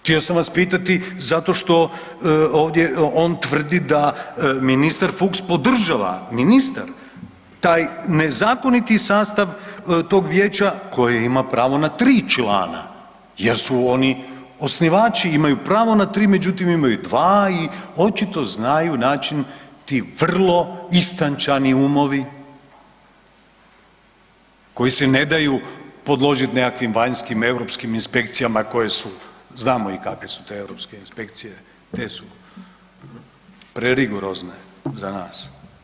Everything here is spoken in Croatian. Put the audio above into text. Htio sam vas pitati zato što ovdje on tvrdi da ministar Fuchs podržava, ministar, taj nezakoniti sastav tog vijeća koje ima pravo na 3 člana jer su oni osnivači, imaju pravo na 3, međutim imaju 2 i očito znaju način, ti vrlo istančani umovi koji se ne daju podložit nekim vanjskim europskim inspekcijama koje su, znamo ih kakve su te europske inspekcije, te su prerigorozne za nas.